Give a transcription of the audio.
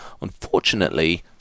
unfortunately